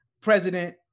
president